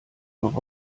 noch